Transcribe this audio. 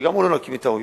שגם הוא לא נקי מטעויות,